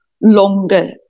longer